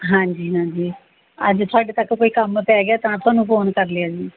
ਹਾਂਜੀ ਹਾਂਜੀ ਅੱਜ ਤੁਹਾਡੇ ਤੱਕ ਕੋਈ ਕੰਮ ਪੈ ਗਿਆ ਤਾਂ ਤੁਹਾਨੂੰ ਫੋਨ ਕਰ ਲਿਆ ਜੀ